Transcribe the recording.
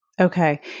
Okay